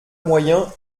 moyen